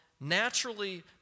naturally